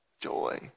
joy